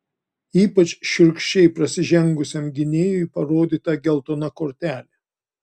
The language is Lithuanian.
ypač šiurkščiai prasižengusiam gynėjui parodyta geltona kortelė